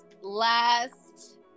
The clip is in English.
Last